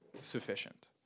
sufficient